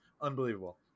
Unbelievable